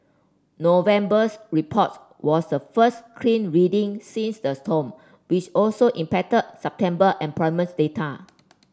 November's report was the first clean reading since the storm which also impacted September employments data